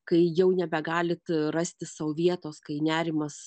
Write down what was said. kai jau nebegalit rasti sau vietos kai nerimas